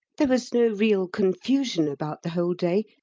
there was no real confusion about the whole day,